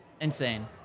Insane